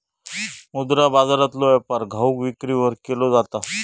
मुद्रा बाजारातलो व्यापार घाऊक विक्रीवर केलो जाता